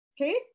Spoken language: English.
okay